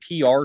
PR